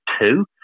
two